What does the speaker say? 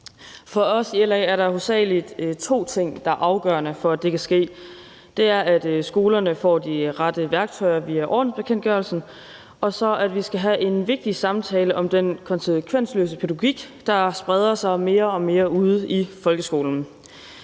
For os i LA er der hovedsagelig to ting, der er afgørende for, at det kan ske, og det handler om, at skolerne får de rette værktøjer via ordensbekendtgørelsen, og så at vi skal have en vigtig samtale om den konsekvensløse pædagogik, der spreder sig mere og mere ude i folkeskolen.